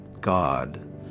God